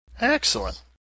Excellent